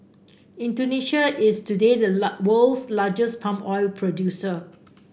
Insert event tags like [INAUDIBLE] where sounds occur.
Indonesia is today the [UNINTELLIGIBLE] world's largest palm oil producer